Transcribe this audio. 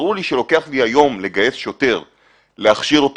ברור לי שלוקח לי היום לגייס שוטר ולהכשיר אותו